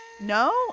no